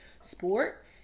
sport